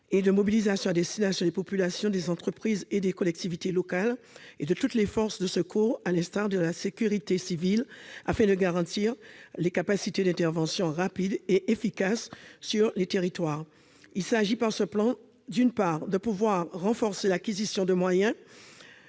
et de mobilisation à destination des populations, des entreprises, des collectivités locales et de toutes les forces de secours, à l'instar de la sécurité civile, afin de garantir des capacités d'intervention rapide et efficace sur les territoires. Il s'agit, par ce plan, d'une part, de renforcer l'acquisition de moyens